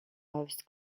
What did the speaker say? most